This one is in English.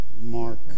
Mark